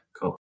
cool